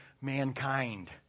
mankind